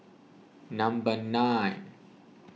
number nine